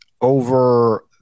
over